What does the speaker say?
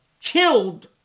killed